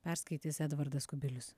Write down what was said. perskaitys edvardas kubilius